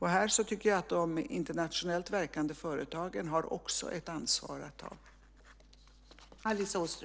Här tycker jag att de internationellt verkande företagen också har ett ansvar att ta.